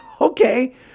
okay